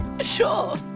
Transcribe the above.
Sure